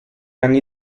anni